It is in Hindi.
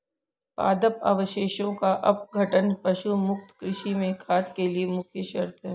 पादप अवशेषों का अपघटन पशु मुक्त कृषि में खाद के लिए मुख्य शर्त है